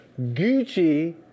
Gucci